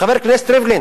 חבר הכנסת ריבלין,